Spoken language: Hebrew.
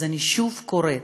אז אני שוב קוראת